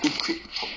equip~